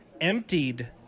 emptied